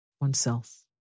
oneself